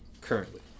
currently